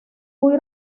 muy